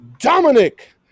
Dominic